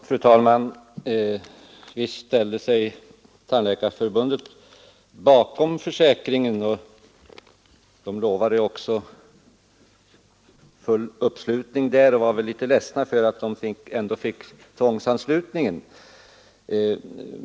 Fru talman! Visst ställde sig Tandläkarförbundet bakom försäkringen, och förbundet lovade också full uppslutning bakom den, även om man väl var ledsen över tvångsanslutningen.